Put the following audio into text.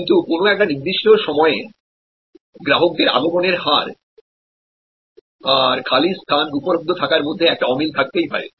কিন্তু কোনএকটা নির্দিষ্ট সময়ে গ্রাহকদের আগমনের হার আর খালি স্থানউপলব্ধ থাকার মধ্যে একটা অমিল থাকতেই পারে